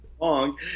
long